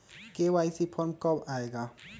KYC form कब आए गा?